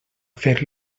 fer